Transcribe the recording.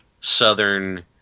Southern